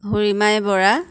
ভূৰীমাই Bora